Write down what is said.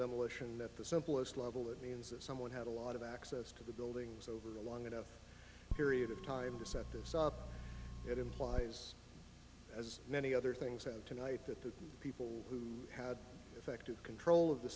demolition that the simplest level it means that someone had a lot of access to the buildings over the long enough period of time to set this up it implies as many other things tonight that the people who had effective control of the